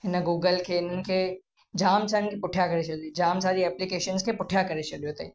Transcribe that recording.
हिन गूगल खे हिननि खे जाम असांखे पुठियां करे छॾी जाम सारी एप्लीकेशंस खे पुठियां करे छॾियो अथई